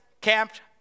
camped